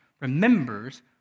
remembers